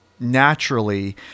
naturally